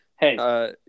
Hey